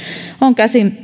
on